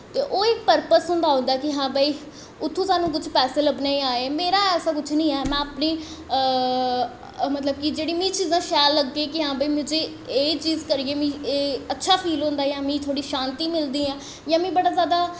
ते ओह् इक परपस होंदा उं'दा कि हां भाई उत्थूं कुछ पैहे लब्भने जां मेरा कुछ निं ऐ में अपनी मतलब कि मिगी जेह्ड़ियां चीजां शैल लगदियां कि हां भाई मिगी एह् चीज़ करियै मिगी अच्छा फील होंदा जां मिगी शांति मिलदी ऐ जां मिगी बड़ा जैदा